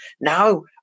Now